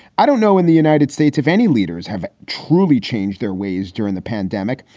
i don't know, in the united states if any leaders have truly changed their ways during the pandemic.